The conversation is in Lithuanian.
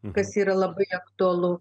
kas yra labai aktualu